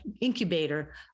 incubator